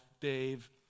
Dave